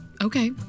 okay